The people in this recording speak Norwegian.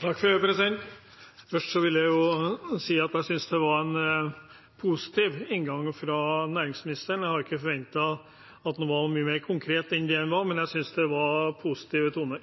Først vil jeg si at jeg synes det var en positiv inngang fra næringsministeren. Jeg hadde ikke forventet at han skulle være mer konkret enn det han var, og jeg synes det var positive toner.